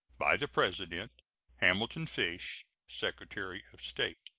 by the president hamilton fish, secretary of state.